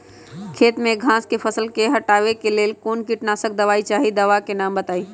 खेत में घास के फसल से हटावे के लेल कौन किटनाशक दवाई चाहि दवा का नाम बताआई?